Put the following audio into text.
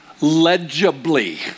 legibly